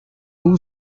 two